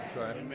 right